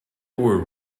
were